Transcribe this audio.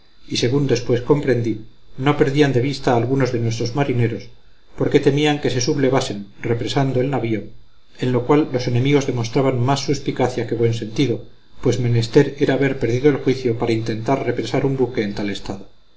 y según después comprendí no perdían de vista a algunos de nuestros marineros porque temían que se sublevasen represando el navío en lo cual los enemigos demostraban más suspicacia que buen sentido pues menester era haber perdido el juicio para intentar represar un buque en tal estado